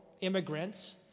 immigrants